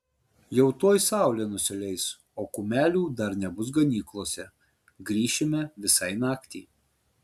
jau tuoj saulė nusileis o kumelių dar nebus ganyklose grįšime visai naktį